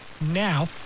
Now